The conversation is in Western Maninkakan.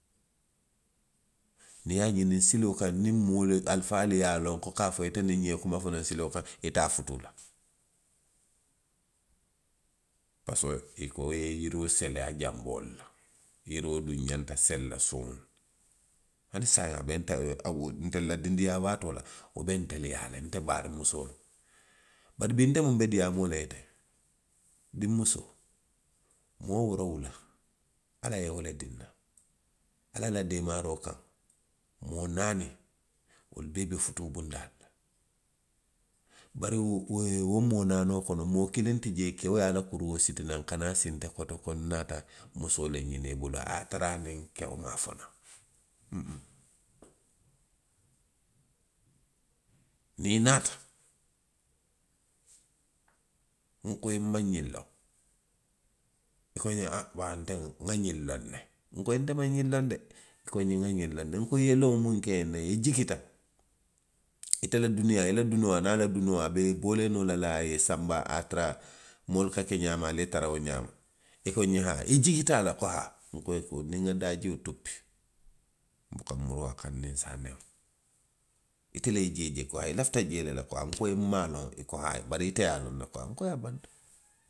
Niŋ i ye a ňiniŋ siloo kaŋ. niŋ moolu, alifaalu ye a loŋ ko ka a fo ite ňiŋ ye kuma fo naŋ siloo kaŋ. ite a futuu la. I ka a fo i ye yiroo sele a janboo le la, yiri duŋ ňanta sele la suŋo le la. hani saayiŋ a be te bu, itelu la dindinyaa waatoo la, wo be ntelu yaa le. Nte baariŋ musoolu. bari bii nte muŋ be diyaamoo la i ye. diŋ musoo. moo woorowula. ala ye wo le dii nna. ala la deemaaroo kaŋ. wolu bee be futuu bundaa to le. Wo moo naanoolu kono, moo kiliŋ ti jee. keo ye a la kuruo siti naŋ sii nte koto ko nnaata, a ye a tara aniŋ keo maŋ a fo naŋ. Niŋ i naata. nko i ye nmaŋ ňiŋ loŋ. i ko nňe a baa nte nŋa ňiŋ loŋ ne, nko i ye nte maŋ ňiŋ loŋ de. i ko nňe i ye ňiŋ loŋ ne. Ko i ye i ye loŋo muŋ ke ňiŋ na, i jikita, ate la duniyaa, i la dunoo. a niŋ a la dunoo, a be i boolee noo la le a ye i sanba, a ye a tara moolu ka ke ňaamiŋ ali ye tara wo ňaama. I ko nňe haa. I jikita a la, a ko haa, nko i ye ko, niŋ nŋa daajio tuppi, nbuka muruu a kaŋ niŋ nse a newuŋ. Ite le ye jee je, a ko haa, i lafita jee le la a ko haa, nko mmaŋ a loŋ a ko haa, nko a banta.